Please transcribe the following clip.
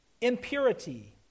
impurity